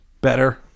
better